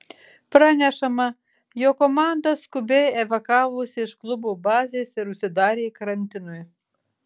pranešama jog komanda skubiai evakavosi iš klubo bazės ir užsidarė karantinui